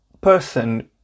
person